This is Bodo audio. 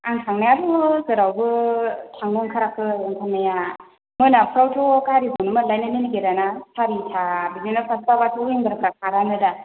आं थांनायाथ' जेरावबो थांनो ओंखाराखै ओंखारनाया मोनाफ्रावथ' गारिखौनो मोनलायनो नागिरा ना सारिथा बिदिनो पासथाबाथ' विंगारफ्रा खारानो दा